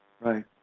Right